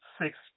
six